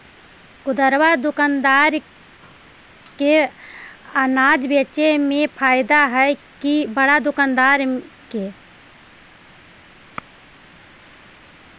खुदरा दुकानदार के अनाज बेचे में फायदा हैं कि बड़ा दुकानदार के?